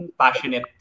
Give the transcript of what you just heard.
passionate